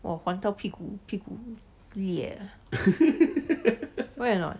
我还到屁股屁股裂啊 right or not